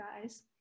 guys